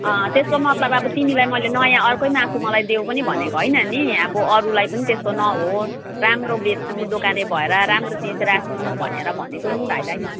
अँ त्यसको मतलब अब तिमीलाई मैले नयाँ अर्कै मासु मलाई देऊ पनि भनेको होइन नि अब अरूलाई पनि त्यस्तो नहोस् राम्रो बेच्नु दोकाने भएर राम्रो चिज राख्नु भनेर भनेको नि भाइलाई